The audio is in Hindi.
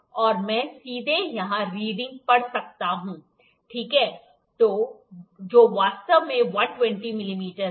और मैं सीधे यहां रीडिंग पढ़ सकता हूं ठीक है जो वास्तव में 120 मिमी है